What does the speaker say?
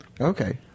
Okay